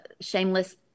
shameless